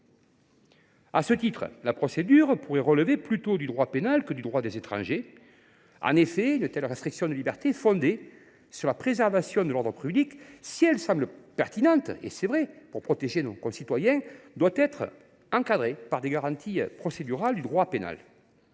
cette procédure pourrait relever du droit pénal, plutôt que du droit des étrangers. En effet, une telle restriction de liberté, fondée sur la préservation de l’ordre public, si elle semble pertinente pour protéger nos concitoyens, doit être encadrée par les garanties procédurales du droit pénal.